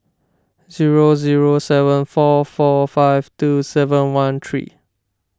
zero zero seven four four five two seven one three